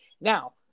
now